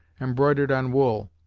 embroidered on wool,